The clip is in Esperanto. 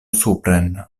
supren